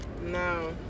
no